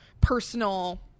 personal